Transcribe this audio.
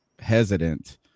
hesitant